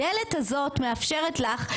הדלת הזאת מאפשרת לך,